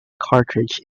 cartridge